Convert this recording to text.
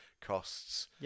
costs